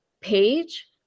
page